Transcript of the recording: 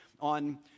on